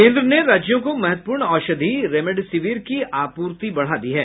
केन्द्र ने राज्यों को महत्वपूर्ण औषधि रेमडेसिविर की आपूर्ति बढ़ा दी है